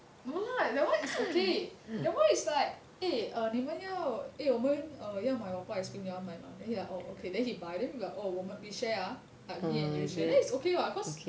no lah that one is okay that one is like eh err 你们要我们要买 waffle ice cream 你要买吗 ya orh okay then he buy then we share ah like me and you share then it's okay [what] cause